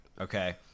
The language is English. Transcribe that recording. okay